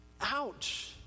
Ouch